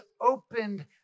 opened